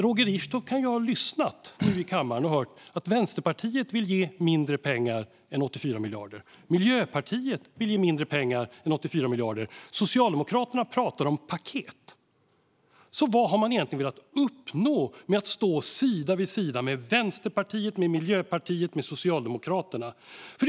Roger Richtoff kan ju ha lyssnat nu i kammaren och hört att Vänsterpartiet vill ge mindre pengar än 84 miljarder, att Miljöpartiet vill ge mindre pengar än 84 miljarder och att Socialdemokraterna pratar om paket. Så vad har Sverigedemokraterna egentligen velat uppnå med att stå sida vid sida med Vänsterpartiet, Miljöpartiet och Socialdemokraterna? Herr ålderspresident!